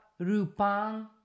Rupan